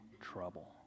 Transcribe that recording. trouble